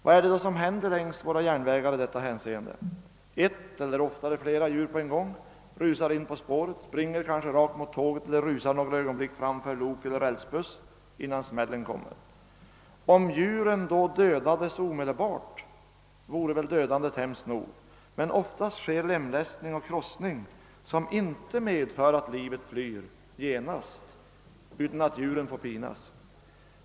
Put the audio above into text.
Vad är det som händer längs våra järnvägar i detta hänseende? Ett eller oftare fiera djur på en gång rusar in på spåret, springer kanske rakt mot tåget eller rusar några ögonblick framför lok eller rälsbuss innan smällen kommer. Om djuren då dödades omedelbart vore väl dödandet hemskt nog, men oftast sker lemlästning och krossning som inte medför att livet flyr genast utan att djuren får pinas.